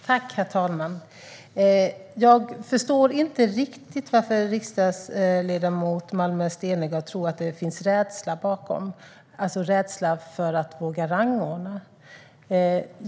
Herr talman! Jag förstår inte riktigt varför riksdagsledamot Malmer Stenergard tror att det är rädsla för att våga rangordna som ligger bakom detta.